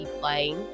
playing